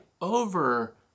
over